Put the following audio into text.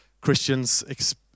Christians